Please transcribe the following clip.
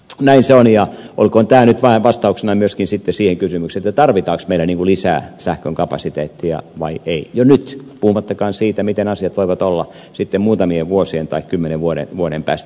näin se on ja olkoon tämä nyt vain vastauksena myöskin sitten siihen kysymykseen tarvitaanko meillä lisää sähkön kapasiteettia vai ei jo nyt puhumattakaan siitä miten asiat voivat olla sitten muutamien vuosien tai kymmenen vuoden päästä